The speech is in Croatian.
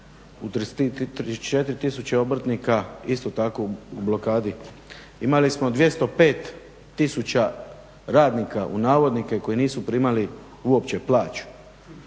u 34 tisuće obrtnika isto tako u blokadi. Imali smo 205 tisuća radnika u navodnike koji nisu primali uopće plaću,